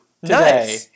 today